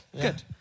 Good